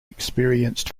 experienced